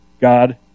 God